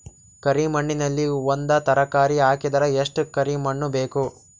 ಕರಿ ಮಣ್ಣಿನಲ್ಲಿ ಒಂದ ತರಕಾರಿ ಹಾಕಿದರ ಎಷ್ಟ ಕರಿ ಮಣ್ಣು ಬೇಕು?